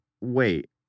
wait